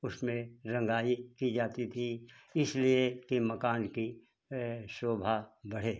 उसमें रंगाई की जाती थी इसलिए कि मकान की शोभा बढ़े